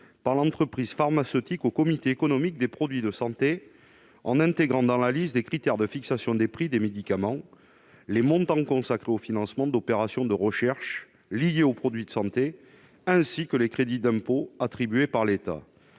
par l'entreprise pharmaceutique au Comité économique des produits de santé, en intégrant dans la liste des critères de fixation des prix des médicaments, les montants consacrés au financement d'opérations de recherche liées aux produits de santé ainsi que les crédits d'impôt attribués par l'État.